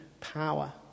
power